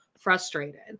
frustrated